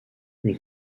une